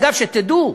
אגב, שתדעו,